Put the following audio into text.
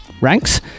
ranks